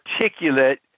articulate